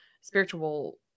spiritual